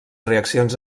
reaccions